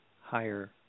higher